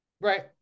right